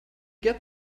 get